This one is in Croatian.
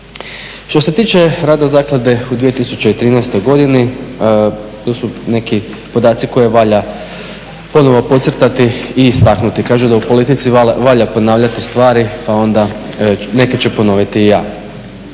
Što se tiče rada zaklade u 2013. godini tu su neki podaci koje valja ponovno podcrtati i istaknuti. Kaže da u politici valja ponavljati stvari pa onda neke ću ponoviti i ja.